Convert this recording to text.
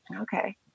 okay